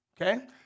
Okay